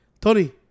Tony